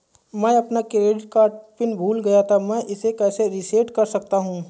मैं अपना credit card PIN भूल गया था मैं इसे कैसे रीसेट कर सकता हूँ?